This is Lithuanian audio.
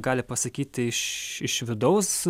gali pasakyti iš iš vidaus